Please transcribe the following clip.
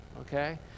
Okay